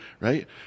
right